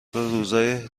روزهای